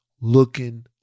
looking